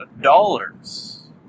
dollars